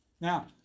Now